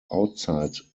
outside